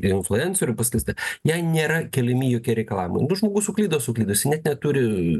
ir influencerių paskleista jai nėra keliami jokie reikalavimai žmogus suklydo suklydojis net neturi